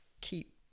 keep